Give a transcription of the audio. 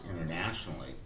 internationally